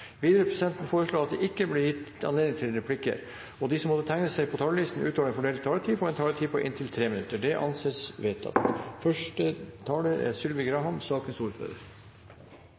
Videre vil presidenten foreslå at det ikke blir gitt anledning til replikker, og at de som måtte tegne seg på talerlisten utover den fordelte taletid, får en taletid på inntil 3 minutter. – Det anses vedtatt.